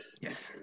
Yes